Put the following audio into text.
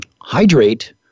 hydrate